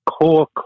core